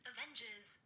Avengers